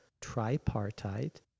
tripartite